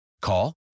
Call